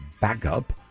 backup